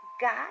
Got